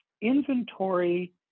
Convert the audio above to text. inventory